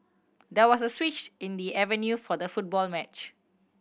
there was a switch in the avenue for the football match